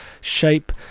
shape